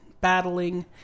battling